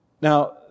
Now